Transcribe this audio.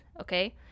okay